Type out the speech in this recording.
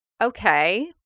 okay